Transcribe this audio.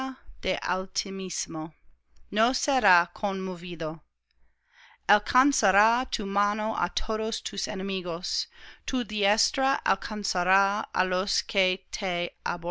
del altísimo no será conmovido alcanzará tu mano á todos tus enemigos tu diestra alcanzará á los